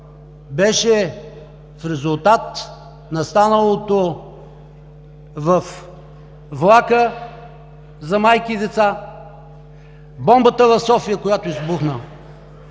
беше в резултат на станалото във влака за майки с деца, бомбата, която избухна